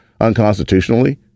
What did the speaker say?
unconstitutionally